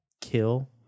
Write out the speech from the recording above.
Kill